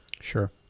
Sure